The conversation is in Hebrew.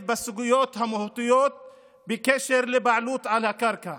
בסוגיות המהותיות בקשר לבעלות על הקרקע,